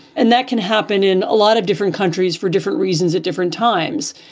and that can happen in a lot of different countries for different reasons at different times.